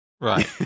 Right